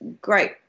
great